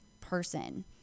person